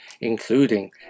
including